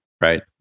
right